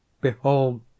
Behold